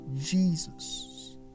Jesus